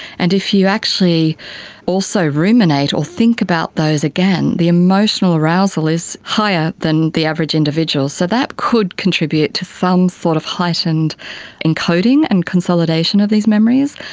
and if you actually also ruminate or think about those again, the emotional arousal is higher than the average individual. so that could contribute to some sort of heightened encoding and consolidation of these memories.